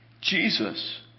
Jesus